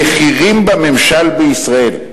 בכירים בממשל בישראל,